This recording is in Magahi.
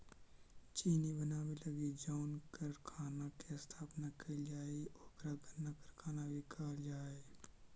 चीनी बनावे लगी जउन कारखाना के स्थापना कैल जा हइ ओकरा गन्ना कारखाना भी कहल जा हइ